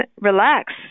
relax